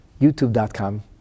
youtube.com